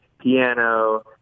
piano